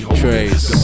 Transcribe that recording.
trace